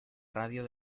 radio